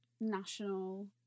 National